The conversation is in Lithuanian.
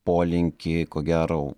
polinkį ko gero